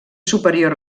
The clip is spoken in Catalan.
superior